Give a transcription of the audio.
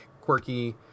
quirky